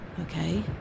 Okay